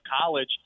college